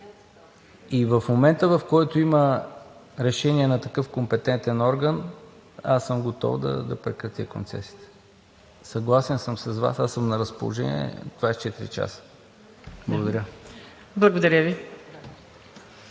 И в момента, в който има решение на такъв компетентен орган, аз съм готов да прекратя концесията. Съгласен съм с Вас. Аз съм на разположение 24 часа. Благодаря. ПРЕДСЕДАТЕЛ